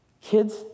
Kids